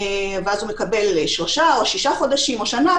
ואז הוא מקבל שלושה או שישה חודשים או שנה,